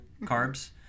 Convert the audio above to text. carbs